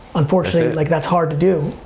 unfortunately, like that's hard to do.